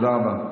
תודה רבה.